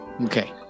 Okay